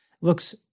Looks